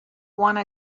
wanna